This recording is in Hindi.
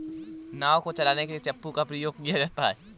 नाव को चलाने के लिए चप्पू का प्रयोग किया जाता है